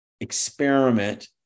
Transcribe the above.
experiment